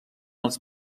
els